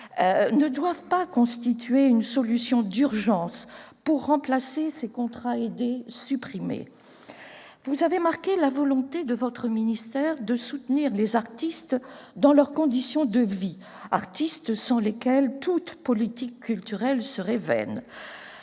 ne doivent pas constituer une solution d'urgence pour remplacer ces contrats aidés supprimés. Vous avez marqué votre volonté de soutenir les artistes dans leurs conditions de vie, artistes sans lesquels toute politique culturelle serait vaine.